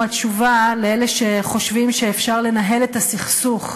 התשובה לאלה שחושבים שאפשר לנהל את הסכסוך,